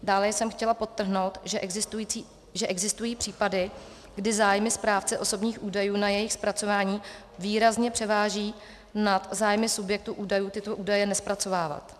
Dále jsem chtěla podtrhnout, že existují případy, kdy zájmy správce osobních údajů na jejich zpracování výrazně převáží nad zájmy subjektu údajů tyto údaje nezpracovávat.